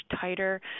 tighter